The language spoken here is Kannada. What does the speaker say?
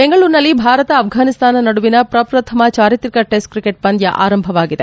ಬೆಂಗಳೂರಿನಲ್ಲಿ ಭಾರತ ಅಫ್ರಾನಿಸ್ತಾನ ನಡುವಿನ ಪ್ರಪ್ರಥಮ ಚಾರಿತ್ರಿಕ ಟೆಸ್ಟ್ ತ್ರಿಕೆಟ್ ಪಂದ್ಯ ಆರಂಭವಾಗಿದೆ